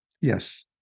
Yes